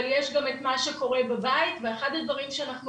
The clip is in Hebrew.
אבל יש גם את מה שקורה בבית ואחד הדברים שאנחנו